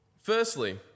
Firstly